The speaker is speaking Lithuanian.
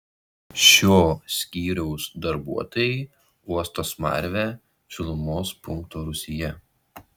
šio skyriaus darbuotojai uosto smarvę šilumos punkto rūsyje